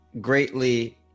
greatly